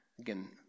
again